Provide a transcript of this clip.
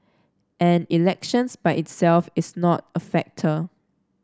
and elections by itself is not a factor